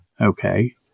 Okay